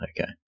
okay